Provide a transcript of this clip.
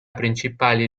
principali